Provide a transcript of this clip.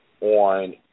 on